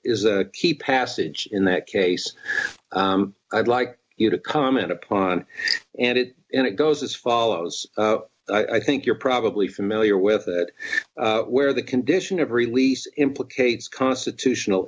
is a key passage in that case i'd like you to comment upon and it and it goes as follows i think you're probably familiar with where the condition of release implicates constitutional